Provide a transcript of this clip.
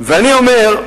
ואני אומר,